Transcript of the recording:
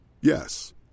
Yes